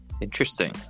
Interesting